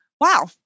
wow